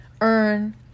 earn